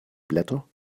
blätter